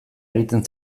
egiten